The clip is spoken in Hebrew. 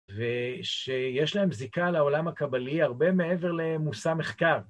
ושיש להם זיקה לעולם הקבלי הרבה מעבר למושא מחקר.